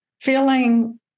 feeling